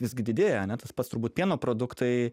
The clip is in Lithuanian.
visgi didėja ane tas pats turbūt pieno produktai